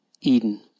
Eden